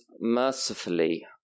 mercifully